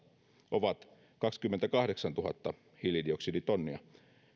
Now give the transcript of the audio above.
ovat kaksikymmentäkahdeksan hiilidioksiditonnia